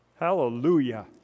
Hallelujah